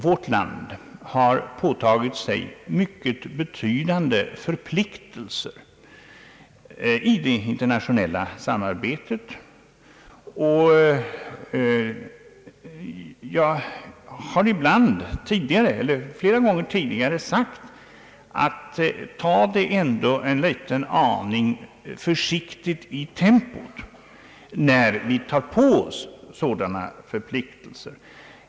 Vårt land har påtagit sig mycket betydande förpliktelser i det internationella samarbetet, och jag har flera gånger tidigare uttryckt önskemålet att vi skall vara en liten aning försiktigare i tempot när vi tar på oss sådana förpliktelser.